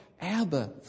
Abba